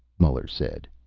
muller said.